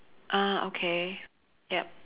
ah okay yup